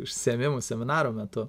užsiėmimus seminaro metu